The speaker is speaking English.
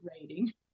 rating